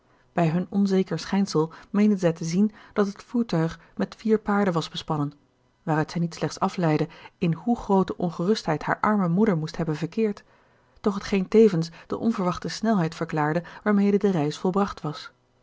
bij hun onzeker schijnsel meende zij te zien dat het voertuig met vier paarden was bespannen waaruit zij niet slechts afleidde in hoe groote ongerustheid haar arme moeder moest hebben verkeerd doch t geen tevens de onverwachte snelheid verklaarde waarmede de reis volbracht was